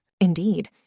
Indeed